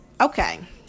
Okay